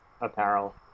apparel